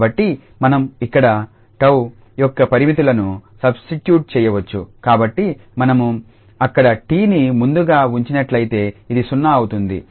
కాబట్టి మనం ఇక్కడ 𝜏 యొక్క పరిమితులను సబ్స్టిట్యూట్ చేయవచ్చు కాబట్టి మనం అక్కడ 𝑡ని ముందుగా ఉంచినట్లయితే ఇది 0 అవుతుంది